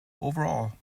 overall